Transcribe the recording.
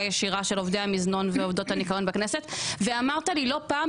ישירה של עובדי המזנון ועובדות הניקיון בכנסת ואמרת לי לא פעם